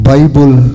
Bible